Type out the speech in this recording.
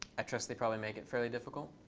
i trust they probably make it fairly difficult.